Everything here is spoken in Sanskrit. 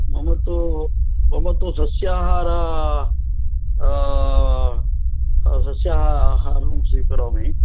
मम तु मम तु सस्याहारा सस्याहारं स्वीकरोमि